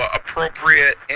appropriate